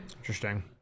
Interesting